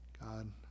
God